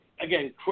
again